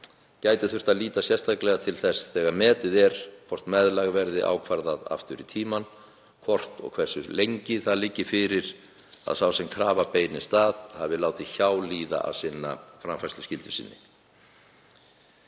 gæti þurft að líta sérstaklega til þess, þegar metið er hvort meðlag verði ákvarðað aftur í tímann, hvort og hversu lengi það liggi fyrir að sá sem krafa beinist að hafi látið hjá líða að sinna framfærsluskyldu sinni.